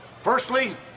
Firstly